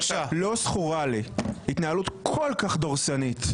לא זכורה לי התנהלות כל כך דורסנית,